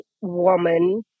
woman